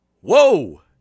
whoa